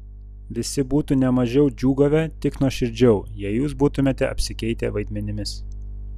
visi būtų ne mažiau džiūgavę tik nuoširdžiau jei jūs būtumėte apsikeitę vaidmenimis